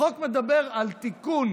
החוק מדבר על תיקון